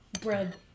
Bread